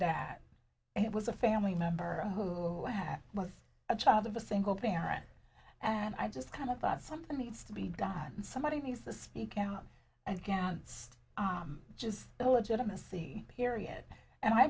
dad was a family member who was a child of a single parent and i just kind of of something needs to be god somebody needs to speak out against just the legitimacy period and i